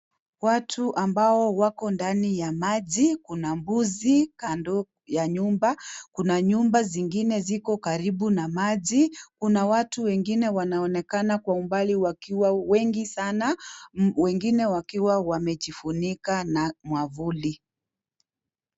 Watu ambao wako ndani ya maji kuna mbuzi kando ya nyumba, kuna nyumba zingine ziko karibu na maji, kuna watu wengine wanaonekana kwa umbali wakiwa wengi sana wengine wakiwa wamejifunika kwa mwavuli.